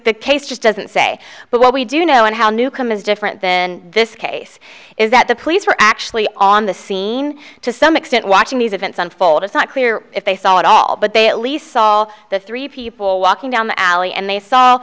the case just doesn't say but what we do know and how newcomb is different in this case is that the police were actually on the scene to some extent watching these events unfold it's not clear if they saw it all but they at least saw all the three people walking down the alley and they saw